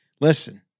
Listen